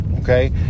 okay